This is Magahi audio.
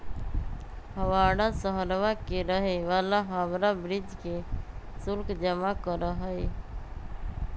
हवाड़ा शहरवा के रहे वाला हावड़ा ब्रिज के शुल्क जमा करा हई